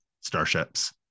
starships